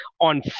on